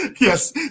Yes